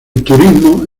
turismo